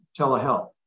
telehealth